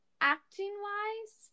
acting-wise